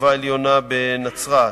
חטיבה עליונה בנצרת,